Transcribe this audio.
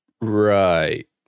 Right